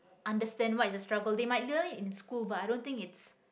understand what is the struggle they might learn it in school but i don't think it's